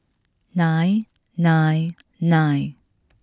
nine nine nine